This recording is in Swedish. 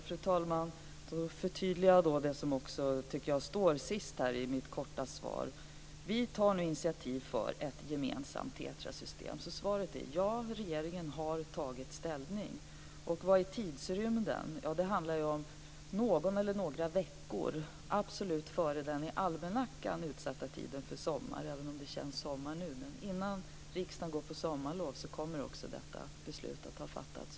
Fru talman! Då förtydligar jag det som jag tycker står sist i mitt korta svar. Vi tar nu initiativ för ett gemensamt TETRA-system. Svaret är alltså: Ja, regeringen har tagit ställning. Vilken tidsrymd är det? Det handlar ju om någon vecka eller om några veckor. Det är absolut före den i almanackan utsatta tiden för sommaren, även om det känns som sommar nu. Innan riksdagen går på sommarlov kommer också detta beslut att ha fattats.